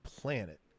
planet